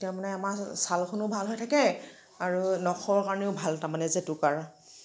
তেতিয়া মানে আমাৰ ছালখনো ভাল হৈ থাকে আৰু নখৰ কাৰণেও ভাল তাৰমানে জেতুকাৰ